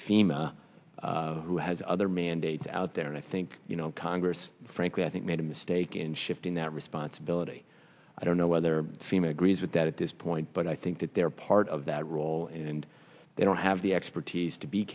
fema who has other mandates out there and i think you know congress frankly i think made a mistake in shifting that responsibility i don't know their female agrees with that at this point but i think that they're part of that role and they don't have the expertise to be